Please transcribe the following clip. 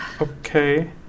Okay